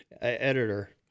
editor